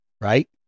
right